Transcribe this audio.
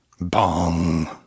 Bong